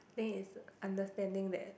then it's understanding that